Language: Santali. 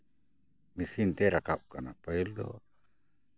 ᱢᱮᱥᱤᱱ ᱛᱮ ᱨᱟᱠᱟᱵ ᱠᱟᱱᱟ ᱯᱟᱹᱦᱤᱞ ᱫᱚ